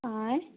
आँय